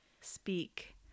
speak